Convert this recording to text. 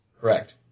Correct